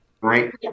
Right